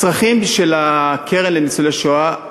הצרכים של הקרן לניצולי שואה,